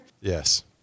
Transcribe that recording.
Yes